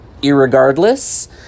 irregardless